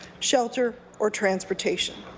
shelter, or transportation.